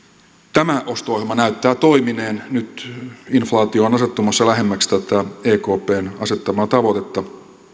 tämä osto ohjelma näyttää toimineen nyt inflaatio on asettumassa lähemmäksi tätä ekpn asettamaa tavoitetta